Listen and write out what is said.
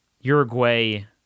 Uruguay